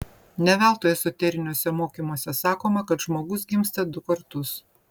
ne veltui ezoteriniuose mokymuose sakoma kad žmogus gimsta du kartus